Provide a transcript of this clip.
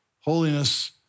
Holiness